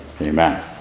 Amen